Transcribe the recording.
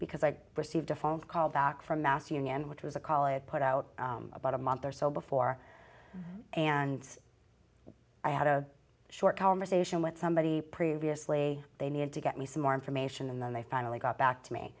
because i received a phone call back from mass union which was a call it put out about a month or so before and i had a short conversation with somebody previously they needed to get me some more information and then they finally got back to me